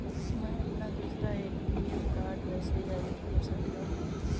मैं अपना दूसरा ए.टी.एम कार्ड कैसे जारी कर सकता हूँ?